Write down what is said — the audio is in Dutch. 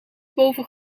boven